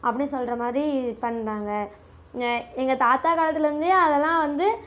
அப்படினு சொல்கிற மாதிரி பண்ணுறாங்க எங்கள் தாத்தா காலத்தில் இருந்தே அதெல்லாம் வந்து